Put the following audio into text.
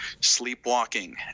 sleepwalking